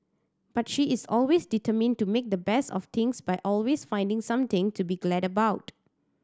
but she is always determined to make the best of things by always finding something to be glad about